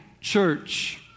church